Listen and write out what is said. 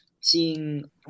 seeing